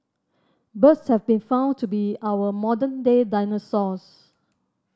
birds have been found to be our modern day dinosaurs